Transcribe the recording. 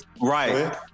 Right